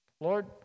Lord